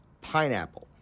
pineapple